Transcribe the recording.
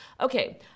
Okay